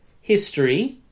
history